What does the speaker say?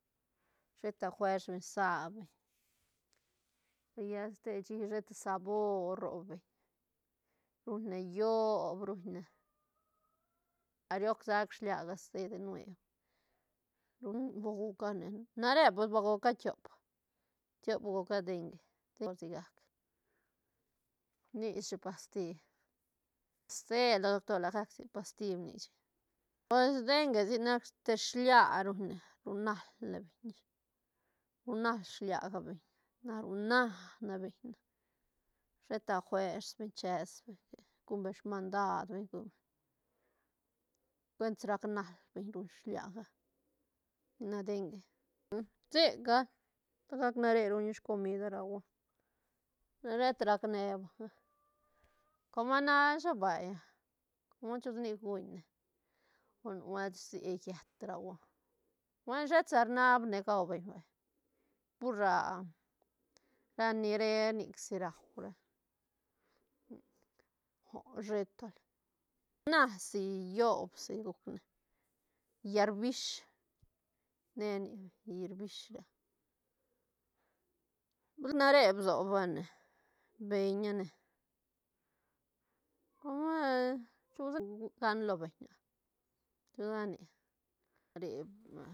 Sheta fuers beñ sa beñ lla ste shí sheta sabor ro beñ ruñ ne yob ruñ ne shiliaga stedi nueb ruñ bagu cane na re pues ba gucane tiop- tiop guca dengue por sigac rnishi pasti ste lo doctor la gac sic pasti nisshi, pues dengue sic nac te shilia ruñ ne ruñ nal ne beñ ish ruñ nal shiliaga beñ na run na ne beñ na sheta fuers beñ ches beñ guñ beñ smandad beñ guñ beñ cuestis rac nal bel ruñ shiliaga sic nac dengue sic gal la gac nere ruña scomida ragua na sheta rac ne banga coma nasha vay conda chusanic guñne o nubuelt rsia yët ragua buen shetsa rnab ne gau beñ vay pur ra ni re nic si rau ra ah a sheta li nasi yob si gucne lla rbish ne nic lla rbish ga pues nare bso ba ne beñane chusa gan lo beñ ah chusa nic re.